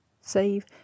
save